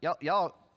Y'all